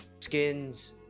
skins